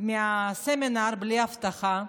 מהסמינר בלי אבטחה,